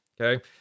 okay